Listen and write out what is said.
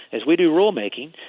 as we do rule-making,